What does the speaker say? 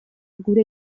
gure